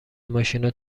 ماشینا